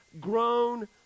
grown